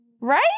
right